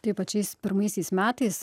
tai pačiais pirmaisiais metais